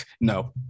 no